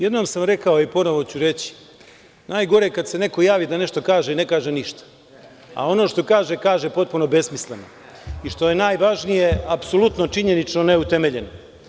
Jednom sam rekao, i ponovo ću reći, najgore je kad se neko javi da nešto kaže, a ne kaže ništa, a ono što kaže potpuno besmisleno, i što je najvažnije, apsolutno činjenično ne utemeljeno.